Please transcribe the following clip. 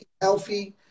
healthy